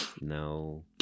No